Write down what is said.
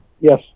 Yes